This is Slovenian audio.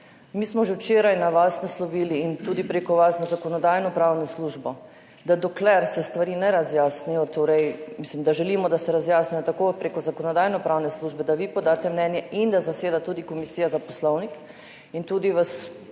Mi smo že včeraj na vas naslovili in tudi preko vas na Zakonodajno-pravno službo, da dokler se stvari ne razjasnijo, mislim, da želimo, da se razjasnijo tako preko zakonodajnopravne službe, da vi podate mnenje in da zaseda tudi Komisija za poslovnik in tudi v